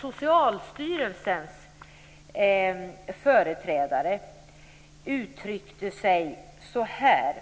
Socialstyrelsens företrädare Ulla Höjgård uttryckte sig så här: